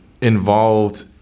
involved